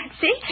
See